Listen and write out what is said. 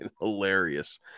hilarious